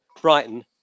Brighton